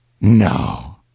No